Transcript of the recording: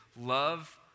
Love